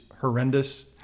horrendous